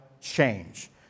change